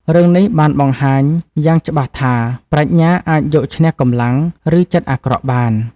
រឿងនេះបានបង្ហាញយ៉ាងច្បាស់ថា ប្រាជ្ញាអាចយកឈ្នះកម្លាំង ឬចិត្តអាក្រក់បាន។